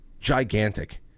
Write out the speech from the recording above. Gigantic